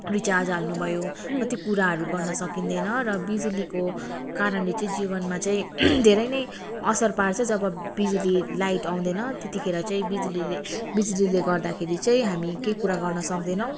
recharge हाल्नुभयो कति कुराहरू गर्न सकिँदैन र बिजुलीको कारणले चाहिँ जीवनमा चाहिँ धेरै नै असर पार्छ जब बिजुली लाइट आउँदैन त्यतिखेर चाहिँ बिजुलीले बिजुलीले गर्दाखेरि चाहिँ हामी केही कुरा गर्न सक्दैनौँ